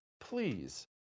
Please